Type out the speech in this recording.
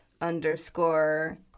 underscore